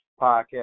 podcast